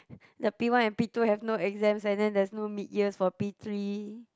the P one and P two have no exams and then there's no mid years for P three